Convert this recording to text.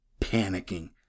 panicking